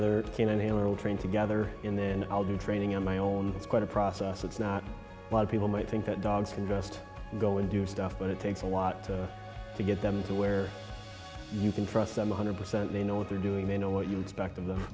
in together in then i'll do training on my own it's quite a process it's not a lot of people might think that dogs can just go and do stuff but it takes a lot to get them to where you can trust them one hundred percent they know what they're doing they know what you expect